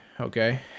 Okay